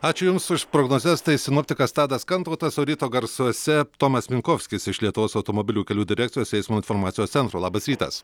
ačiū jums už prognozes sinoptikas tadas kantautas o ryto garsuose tomas minkovskis iš lietuvos automobilių kelių direkcijos eismo informacijos centro labas rytas